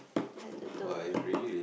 sad turtle